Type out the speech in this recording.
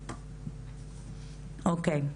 אוקי.